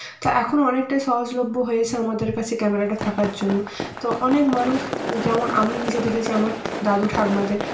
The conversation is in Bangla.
তা এখন অনেকটাই সহজলভ্য হয়েছে আমাদের কাছে ক্যামেরাটা থাকার জন্য তো অনেক মানুষ যেমন আমি নিজে দেখেছি আমার দাদু ঠাকমাদের